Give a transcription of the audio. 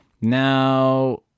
Now